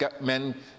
men